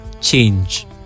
change